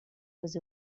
was